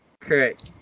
correct